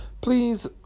Please